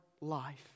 Life